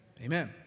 Amen